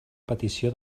petició